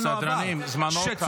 סדרנים, זמנו תם.